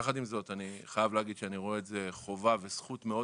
יחד עם זאת אני חייב להגיד שאני רואה את זה חובה וזכות מאוד